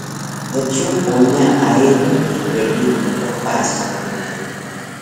tačiau ponia airinė galėtų papasakoti